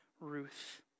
Ruth